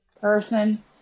person